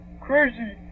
Crazy